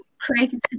crazy